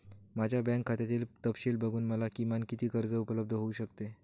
माझ्या बँक खात्यातील तपशील बघून मला किमान किती कर्ज उपलब्ध होऊ शकते?